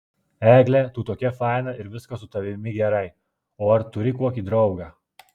egle tu tokia faina ir viskas su tavimi gerai o ar turi kokį draugą